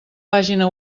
pàgina